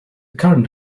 current